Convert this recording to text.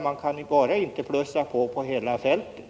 Man kan inte bara plussa på över hela fältet.